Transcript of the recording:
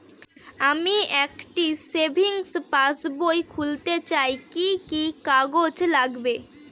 আমি একটি সেভিংস পাসবই খুলতে চাই কি কি কাগজ লাগবে?